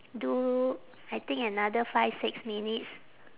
do I think another five six minutes